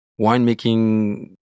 winemaking